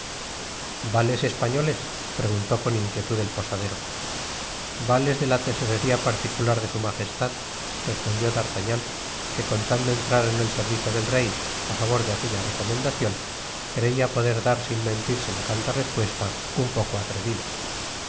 vales españoles preguntó con inquietud el posadero vales de la tesorería particular de su majestad respondió d'artagnan que contando entrar en el servicio del rey á favor de aquella recomendacion creia poder dar sin mentir semejante respuesta un poco atrevida